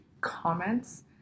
comments